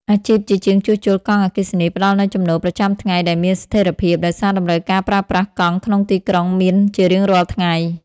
អាជីពជាជាងជួសជុលកង់អគ្គិសនីផ្តល់នូវចំណូលប្រចាំថ្ងៃដែលមានស្ថិរភាព ដោយសារតម្រូវការប្រើប្រាស់កង់ក្នុងទីក្រុងមានជារៀងរាល់ថ្ងៃ។